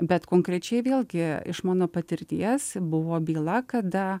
bet konkrečiai vėlgi iš mano patirties buvo byla kada